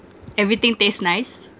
everything taste nice